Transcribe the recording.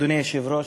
אדוני היושב-ראש,